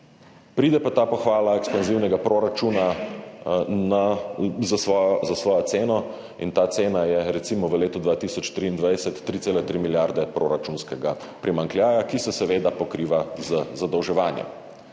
Pride pa ta pohvala ekspanzivnega proračuna s svojo ceno in ta cena je recimo v letu 2023 3,3 milijarde proračunskega primanjkljaja, ki se seveda pokriva z zadolževanjem.